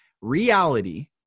reality